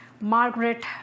Margaret